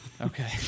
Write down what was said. Okay